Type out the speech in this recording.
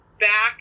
back